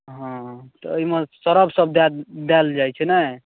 हँ तऽ ओहिमे सर्फसभ दए दएल जाइ छै नहि